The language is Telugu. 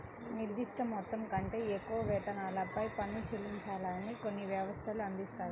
నిర్దిష్ట మొత్తం కంటే ఎక్కువ వేతనాలపై పన్ను చెల్లించాలని కొన్ని వ్యవస్థలు అందిస్తాయి